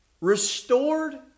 restored